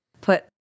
put